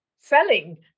selling